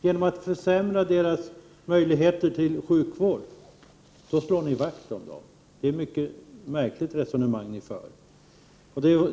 Genom att försämra deras möjligheter till sjukvård anser ni att ni slår vakt om dem! Det är ett mycket märkligt resonemang ni för.